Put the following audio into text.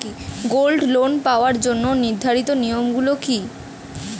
Gold loan পাওয়ার জন্য নির্ধারিত নিয়ম গুলি কি?